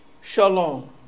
shalom